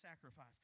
sacrifice